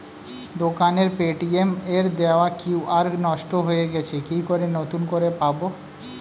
দোকানের পেটিএম এর দেওয়া কিউ.আর নষ্ট হয়ে গেছে কি করে নতুন করে পাবো?